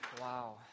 Wow